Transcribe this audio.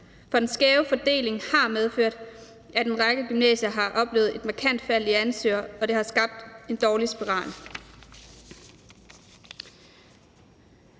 For den skæve fordeling har medført, at en række gymnasier har oplevet et markant fald i antallet af ansøgere, og det har skabt en dårlig spiral.